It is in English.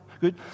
Good